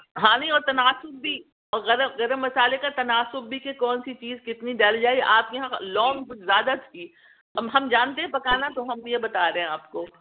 ہاں نہیں وہ تناسب بھی اور گرم گرم مسالے کا تناسب بھی کہ کون سی چیز کتنی ڈالی جائے آپ یہاں لونگ کچھ زیادہ تھی اب ہم جانتے ہیں پکانا تو ہم یہ بتا رہے ہیں آپ کو